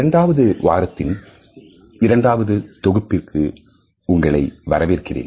இரண்டாவது வாரத்தின் இரண்டாவது தொகுப்பிற்கு உங்களை வரவேற்கிறேன்